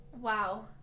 Wow